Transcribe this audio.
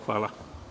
Hvala.